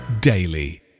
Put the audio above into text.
Daily